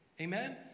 Amen